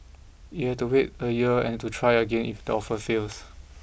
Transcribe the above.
it will have to wait a year and to try again if the offer fails